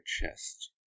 chest